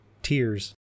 tears